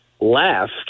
left